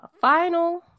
Final